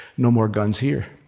no more guns here.